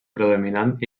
predominant